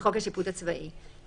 בהתחשב ברמת הסיכון ומהותו.